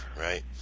Right